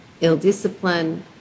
ill-discipline